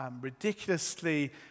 ridiculously